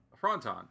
Fronton